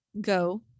go